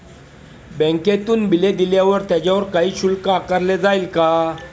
बँकेतून बिले दिल्यावर त्याच्यावर काही शुल्क आकारले जाईल का?